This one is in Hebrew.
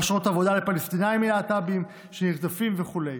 אשרות עבודה לפלסטינים להט"ביים שנרדפים וכו'.